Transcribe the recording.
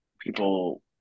people